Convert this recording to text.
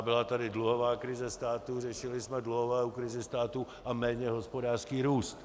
Byla tady dluhová krize státu, řešili jsme dluhovou krizi státu a méně hospodářský růst.